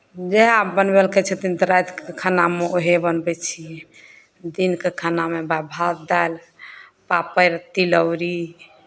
जएह बनबै लेल कहै छथिन तऽ रातिके खानामे उएह बनबै छियै दिनकेँ खानामे भात दालि पापड़ तिलौरी